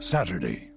Saturday